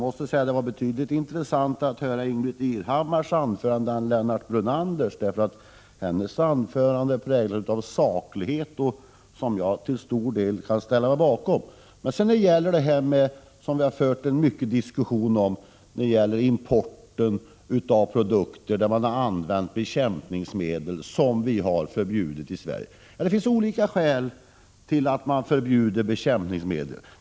Herr talman! Det var betydligt mera intressant att lyssna på Ingbritt Irhammar än på Lennart Brunander, därför att hennes anförande präglades av saklighet och innehöll mycket som jag kan ställa mig bakom. Det har förts en diskussion om importen av produkter från länder som använder bekämpningsmedel som vi har förbjudit i Sverige. Det finns olika skäl för att förbjuda bekämpningsmedel.